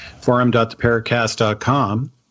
forum.theparacast.com